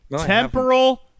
Temporal